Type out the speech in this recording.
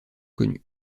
connues